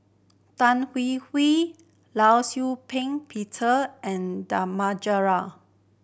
Tan Hwee Hwee Law Shau Ping Peter and